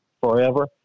forever